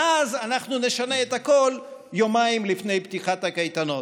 ואז אנחנו נשנה את הכול יומיים לפני פתיחת הקייטנות.